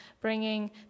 bringing